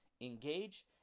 engage